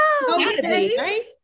right